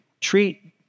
treat